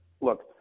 look